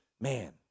Man